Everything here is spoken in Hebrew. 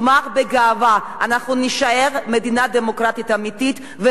לומר בגאווה: אנחנו נישאר מדינה דמוקרטית אמיתית,